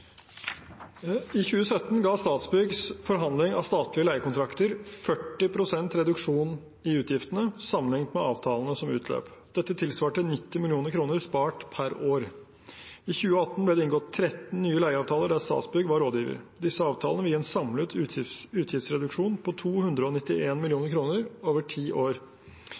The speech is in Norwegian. I 2017 ga Statsbyggs forhandling av statlige leiekontrakter 40 pst. reduksjon i utgiftene, sammenlignet med avtalene som utløp. Dette tilsvarte 90 mill. kr spart per år. I 2018 ble det inngått 13 nye leieavtaler der Statsbygg var rådgiver. Disse avtalene vil gi en samlet utgiftsreduksjon på 291 mill. kr over ti år.